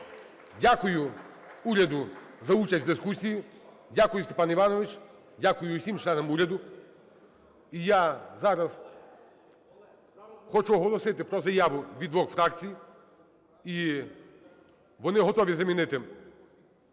Дякую уряду за участь в дискусії. Дякую, Степан Іванович. Дякую всім членам уряду. І я зараз хочу оголосити про заяву від двох фракцій. І вони готові замінити